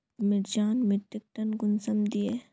मिर्चान मिट्टीक टन कुंसम दिए?